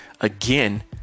again